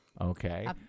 Okay